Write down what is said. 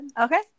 Okay